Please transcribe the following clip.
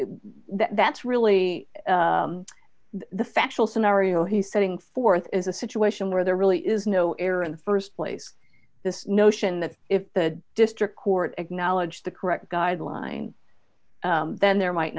that that's really the factual scenario he's setting forth is a situation where there really is no error in the st place this notion that if the district court acknowledged the correct guideline then there might